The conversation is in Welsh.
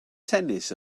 tennis